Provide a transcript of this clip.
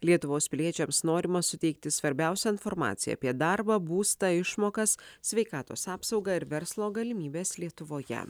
lietuvos piliečiams norima suteikti svarbiausią informaciją apie darbą būstą išmokas sveikatos apsaugą ir verslo galimybes lietuvoje